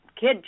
kid